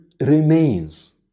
remains